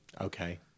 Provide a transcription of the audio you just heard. Okay